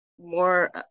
more